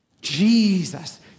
Jesus